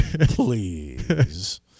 Please